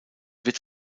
wird